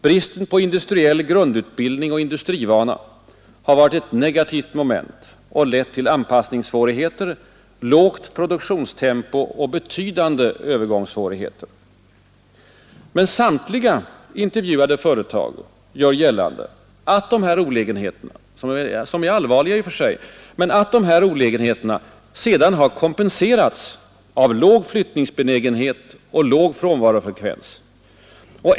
Bristen på industriell grundutbildning och industrivana har varit ett negativt moment och lett till anpassningssvårigheter, lågt produktionstempo och betydande övergångssvårigheter. Samtliga intervjuade företag gör dock gällande att dessa olägenheter — som är allvarliga i och för sig — sedan har kompenserats av låg flyttningsbenägenhet och låg frånvarofrekvens.